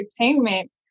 entertainment